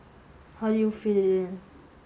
how do you fit it in